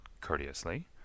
courteously